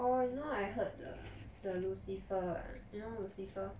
orh you know I heard the the lucifer you know lucifer